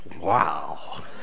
wow